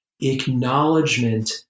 acknowledgement